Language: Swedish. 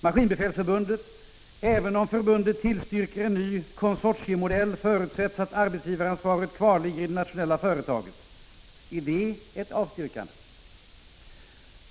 Maskinbefälsförbundet: ”Även om förbundet tillstyrker en ny nordisk konsortiemodell förutsätts att arbetsgivaransvaret kvarligger i det nationella företaget.” Är det ett avstyrkande?